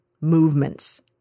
movements